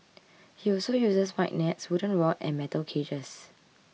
he also uses wide nets wooden rod and metal cages